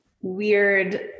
weird